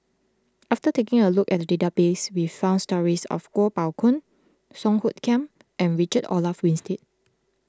after taking a look at the database we found stories of Kuo Pao Kun Song Hoot Kiam and Richard Olaf Winstedt